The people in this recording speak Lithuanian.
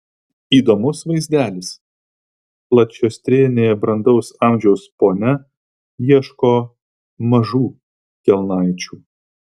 įdomus vaizdelis plačiastrėnė brandaus amžiaus ponia ieško mažų kelnaičių